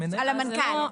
על המנהל.